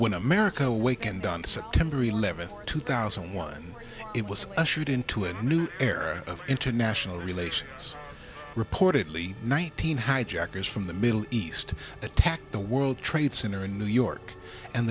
when america wake and on september eleventh two thousand and one it was ushered into a new era of international relations reportedly nineteen hijackers from the middle east attacked the world trade center in new york and